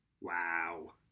Wow